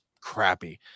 crappy